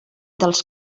dels